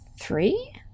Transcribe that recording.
three